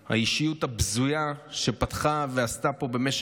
האישיות הבזויה שפתחה ועשתה פה במשך